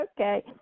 Okay